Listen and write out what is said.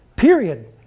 Period